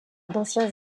d’anciens